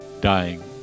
dying